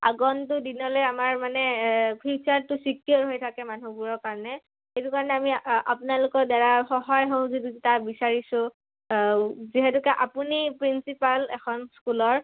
আগন্তুক দিনলৈ আমাৰ মানে ফিউচাৰটো চিকিয়ৰ হৈ থাকে মানুহবোৰৰ কাৰণে সেইটো কাৰণে আমি আপোনালোকৰ দ্বাৰা সহায় সহযোগীতা বিচাৰিছোঁ যিহেতুকে আপুনি প্ৰিন্সিপাল এখন স্কুলৰ